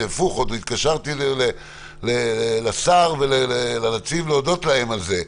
ועוד התקשרתי לנציב ולשר להודות להם על כך,